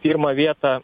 pirmą vietą